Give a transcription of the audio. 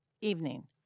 evening